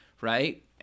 right